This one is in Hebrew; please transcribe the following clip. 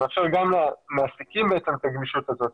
זה מאפשר גם למעסיקים את הגמישות הזאת,